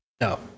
no